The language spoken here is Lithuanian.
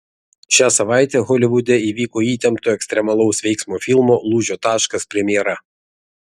šią savaitę holivude įvyko įtempto ekstremalaus veiksmo filmo lūžio taškas premjera